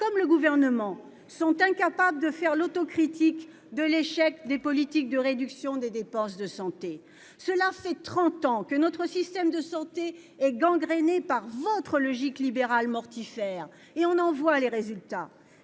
et le Gouvernement sont incapables de faire l'autocritique de l'échec des politiques de réduction des dépenses de santé ? Cela fait trente ans que notre système de santé est gangrené par votre logique libérale mortifère ! Nous en voyons les résultats